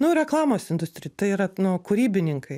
nu reklamos industrija tai yra nu kūrybininkai